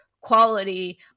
quality